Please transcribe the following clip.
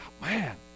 man